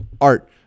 art